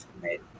right